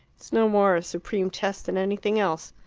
it's no more a supreme test than anything else.